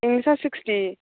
इंलिसआ sixty